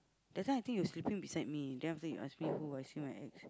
that time I think you sleeping beside me then after you ask me who I say my ex